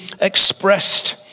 expressed